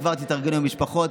כבר תתארגנו עם המשפחות,